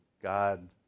God